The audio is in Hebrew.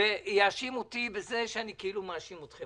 ויאשים אותי בזה שאני כאילו מאשים אתכם.